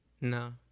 No